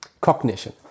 Cognition